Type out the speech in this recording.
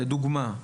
לדוגמה,